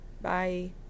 Bye